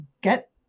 Get